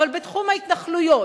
אבל בתחום ההתנחלויות,